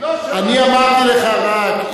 אני אמרתי לך רק,